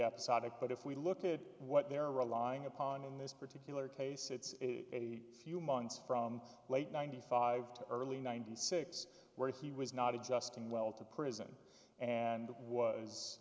episodic but if we look at what they're relying upon in this particular case it's a few months from late ninety five to early ninety six where he was not adjusting well to prison and